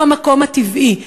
הוא המקום הטבעי,